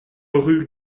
rue